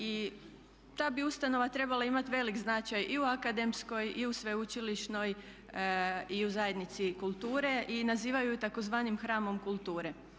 I ta bi ustanova trebala imati veliki značaj i u akademskoj i u sveučilišnoj i u zajednici kulture i nazivaju je tzv. hramom kulture.